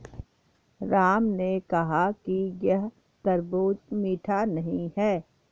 राम ने कहा कि यह तरबूज़ मीठा नहीं है